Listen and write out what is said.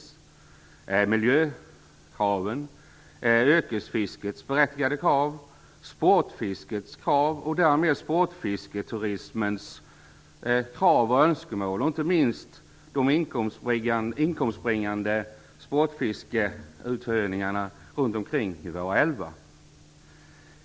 Det är miljökrav, yrkesfiskets krav, sportfiskets krav och därmed sportfisketurismens krav och önskemål och inte minst de inkomstbringande sportfiskeuthyrningarna runtomkring i våra älvar.